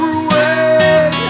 away